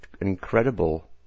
Incredible